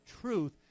truth